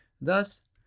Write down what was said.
thus